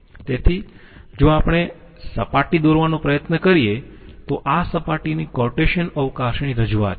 તેથી જો આપણે સપાટી દોરવાનો પ્રયત્ન કરીયે તો આ સપાટીની કાર્ટેસીયન અવકાશની રજૂઆત છે